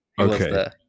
Okay